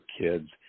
kids